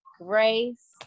grace